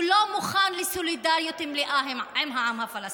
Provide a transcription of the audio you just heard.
הוא לא מוכן לסולידריות מלאה עם העם הפלסטיני.